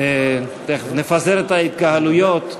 נפזר את ההתקהלויות,